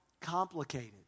complicated